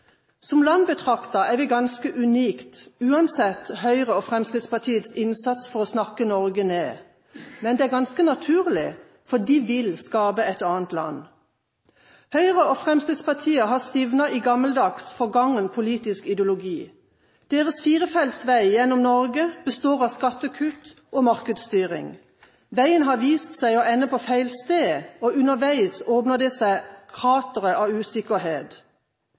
Som land betraktet er vi ganske unikt, uansett Høyre og Fremskrittspartiets innsats for å snakke Norge ned. Men det er ganske naturlig, for de vil skape et annet land. Høyre og Fremskrittspartiet har stivnet i gammeldags, forgangen politisk ideologi. Deres firefeltsvei gjennom Norge består av skattekutt og markedsstyring. Veien har vist seg å ende på feil sted, og underveis åpner det seg kratre av usikkerhet.